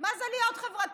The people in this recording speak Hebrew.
מה זה להיות חברתיים,